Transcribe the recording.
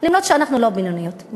אפילו שאנחנו לא בינוניות.